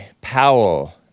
Powell